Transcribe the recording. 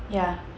ya